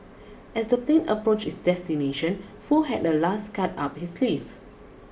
as the plane approached its destination Foo had a last card up his sleeve